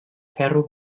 ferro